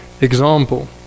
example